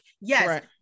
yes